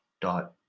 dot